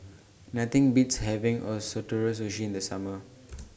Nothing Beats having Ootoro Sushi in The Summer